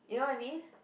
you know what I mean